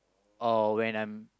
or when I'm